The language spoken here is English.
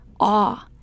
awe